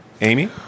Amy